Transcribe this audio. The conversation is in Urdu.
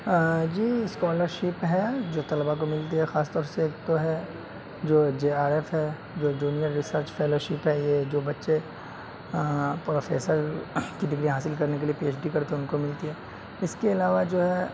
جی اسکالرشپ ہے جو طلبہ کو ملتی ہے خاص طور سے ایک تو ہے جو جے آر ایف ہے جو جونیئر ریسرچ فیلوشپ ہے یہ جو بچے پروفیسر کی ڈگریاں حاصل کرنے کے لیے پی ایچ ڈی کرتے ہیں ان کو ملتی ہے اس کے علاوہ جو ہے